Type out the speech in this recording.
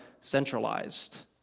centralized